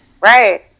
Right